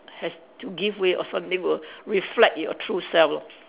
has to give way or something will reflect your true self lah